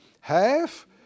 half